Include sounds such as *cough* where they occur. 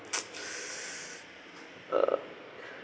*noise* *breath* uh